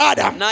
Adam